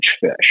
fish